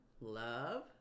love